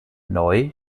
neu